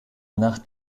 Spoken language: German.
nach